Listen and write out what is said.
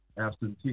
absentee